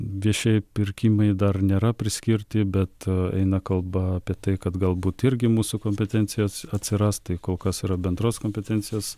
viešieji pirkimai dar nėra priskirti bet eina kalba apie tai kad galbūt irgi mūsų kompetencijos atsiras tai kol kas yra bendros kompetencijos